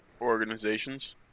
organizations